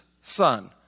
son